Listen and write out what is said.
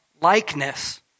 likeness